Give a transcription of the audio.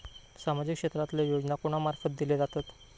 सामाजिक क्षेत्रांतले योजना कोणा मार्फत दिले जातत?